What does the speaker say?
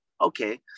okay